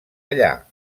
allà